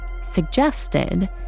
suggested